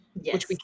Yes